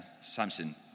Samson